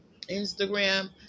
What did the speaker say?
Instagram